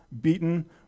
beaten